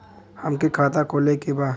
हमके खाता खोले के बा?